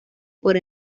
por